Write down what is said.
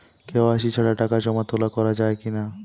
KYC ছাড়া টাকা জমা তোলা করা যাবে কি না?